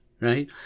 right